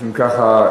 אם כך,